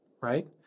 right